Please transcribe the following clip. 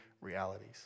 realities